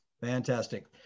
Fantastic